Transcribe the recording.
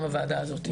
גם בוועדה הזאת.